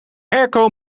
airco